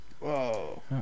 Whoa